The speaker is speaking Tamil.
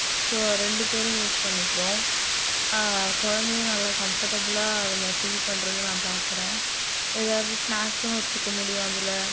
ஸோ ரெண்டு பேரும் யூஸ் பண்ணிக்கிறோம் குழந்தையும் நல்லா கம்ஃபர்ட்டபிளாக அதில் ஃபீல் பண்ணுறது நான் பாக்கிறேன் எதாவது ஸ்னாக்ஸும் வச்சுக்க முடியும் அதில்